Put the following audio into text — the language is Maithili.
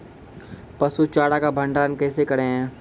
पसु चारा का भंडारण कैसे करें?